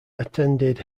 attended